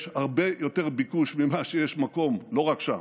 יש הרבה יותר ביקוש ממה שיש מקום, לא רק שם,